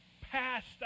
passed